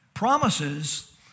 Promises